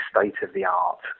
state-of-the-art